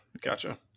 Gotcha